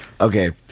okay